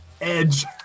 edge